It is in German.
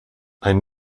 ein